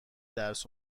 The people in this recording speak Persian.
درس